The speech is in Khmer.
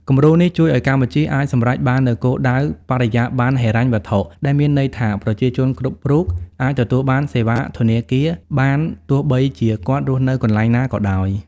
គំរូនេះជួយឱ្យកម្ពុជាអាចសម្រេចបាននូវគោលដៅ "បរិយាបន្នហិរញ្ញវត្ថុ" ដែលមានន័យថាប្រជាជនគ្រប់រូបអាចទទួលបានសេវាធនាគារបាន ទោះបីជាគាត់រស់នៅកន្លែងណាក៏ដោយ។